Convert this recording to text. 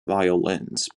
violins